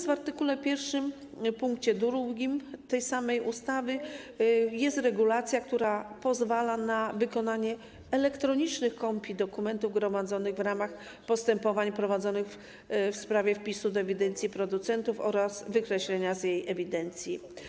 W art. 1 pkt 2 tej samej ustawy jest regulacja, która pozwala na wykonanie elektronicznych kopii dokumentów gromadzonych w ramach postępowań prowadzonych w sprawie wpisu do ewidencji producentów oraz wykreślenia z tej ewidencji.